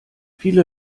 viele